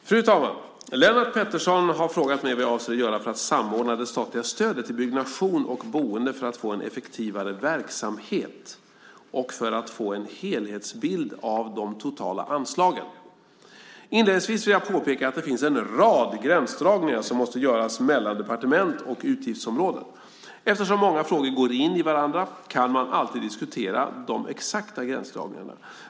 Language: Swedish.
Fru talman! Lennart Pettersson har frågat mig vad jag avser att göra för att samordna det statliga stödet till byggnation och boende för att få en effektivare verksamhet och för att få en helhetsbild av de totala anslagen. Inledningsvis vill jag påpeka att det finns en rad gränsdragningar som måste göras mellan departement och utgiftsområden. Eftersom många frågor går in i varandra kan man alltid diskutera de exakta gränsdragningarna.